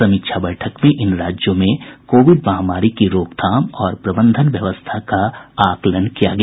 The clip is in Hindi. समीक्षा बैठक में इन राज्यों में कोविड महामारी की रोकथाम और प्रबंधन व्यवस्था का आकलन किया गया